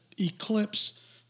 eclipse